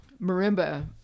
marimba